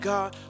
God